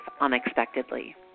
unexpectedly